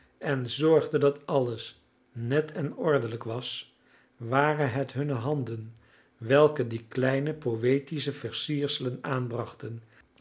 en zorgde dat alles net en ordelijk was waren het hunne handen welke die kleine poëtische versierselen aanbrachten